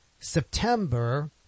September